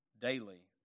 daily